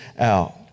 out